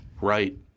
right